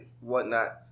whatnot